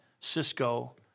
Cisco